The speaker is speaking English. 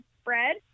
spread